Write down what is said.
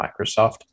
Microsoft